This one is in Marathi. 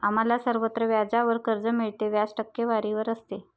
आम्हाला सर्वत्र व्याजावर कर्ज मिळते, व्याज टक्केवारीवर असते